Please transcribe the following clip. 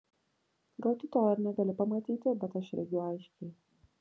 gal tu to ir negali pamatyti bet aš regiu aiškiai